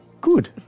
Good